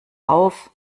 auf